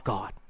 God